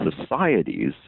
societies